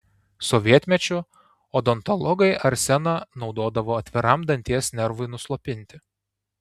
sovietmečiu odontologai arseną naudodavo atviram danties nervui nuslopinti